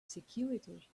security